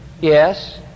Yes